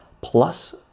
plus